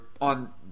on